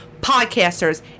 Podcasters